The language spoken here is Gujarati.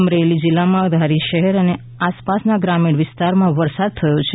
અમરેલી જિલ્લામાં ધારી શહેર અને આસપાસના ગ્રામીણ વિસ્તારમાં વરસાદ થયો છે